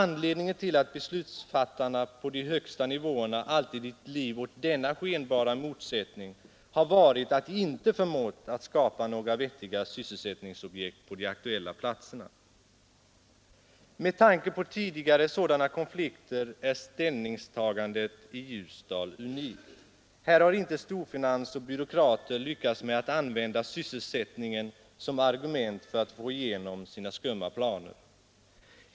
Anledningen till att beslutsfattarna på de högsta nivåerna alltid gett liv åt denna skenbara motsättning har varit att de inte förmått att skapa några vettiga sysselsättningsobjekt på de aktuella platserna Med tanke på tidigare sådana konflikter är ställningstagandet i Ljusdal unikt; här har inte storfinans och byråkrater lyckats med att använda sysselsättningen som argument för att få igenom sina ”skumma planer”.